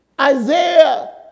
Isaiah